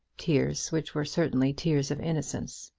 tears which were certainly tears of innocence.